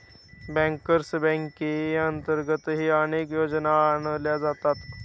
bankers बँकेअंतर्गतही अनेक योजना आणल्या जातात